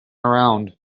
around